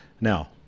Now